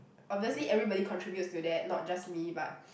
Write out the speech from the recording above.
obviously everybody contributes to that not just me but